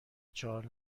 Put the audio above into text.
چهار